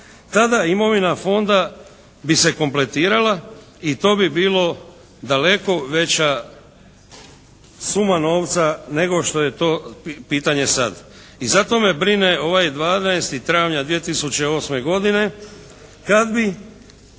tada imovina fonda bi se kompletirala i to bi bilo daleko veća suma novca nego što je to pitanje sad. I zato me brine ovaj 12. travnja 2008. godine kad bi